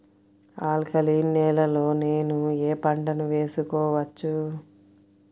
Alkaline నేలలో నేనూ ఏ పంటను వేసుకోవచ్చు?